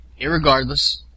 irregardless